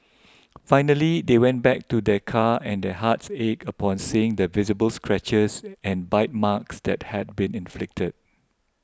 finally they went back to their car and their hearts ached upon seeing the visible scratches and bite marks that had been inflicted